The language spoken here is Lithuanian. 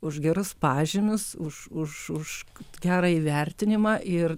už gerus pažymius už gerą įvertinimą ir